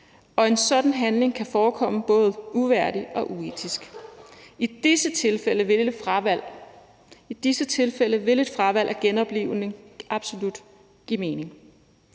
og en sådan handling kan forekomme både uværdig og uetisk. I disse tilfælde vil et fravalg af genoplivning absolut give mening.